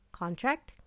contract